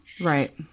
Right